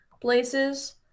places